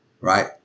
right